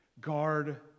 guard